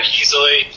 easily